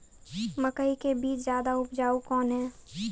मकई के बीज ज्यादा उपजाऊ कौन है?